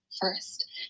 first